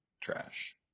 trash